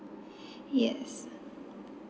yes